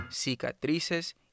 Cicatrices